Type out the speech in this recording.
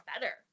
better